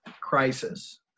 crisis